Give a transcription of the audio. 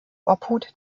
obhut